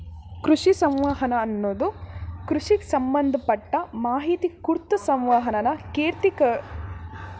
ಕೃಷಿ ಸಂವಹನ ಅನ್ನದು ಕೃಷಿಗ್ ಸಂಬಂಧಪಟ್ಟ ಮಾಹಿತಿ ಕುರ್ತು ಸಂವಹನನ ಕೇಂದ್ರೀಕರ್ಸೊ ಕ್ಷೇತ್ರವಾಗಯ್ತೆ